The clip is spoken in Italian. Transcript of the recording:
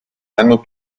hanno